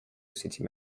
city